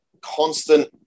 constant